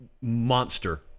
monster